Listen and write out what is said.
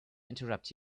interrupt